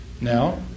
now